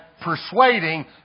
persuading